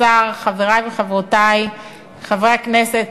חברי וחברותי חברי הכנסת,